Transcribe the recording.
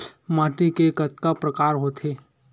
माटी के कतका प्रकार होथे?